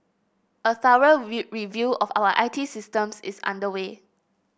a thorough review of our I T systems is underway